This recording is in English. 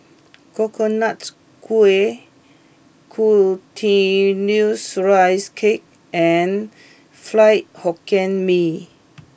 Coconut Kuih Glutinous Rice Cake and Fried Hokkien Mee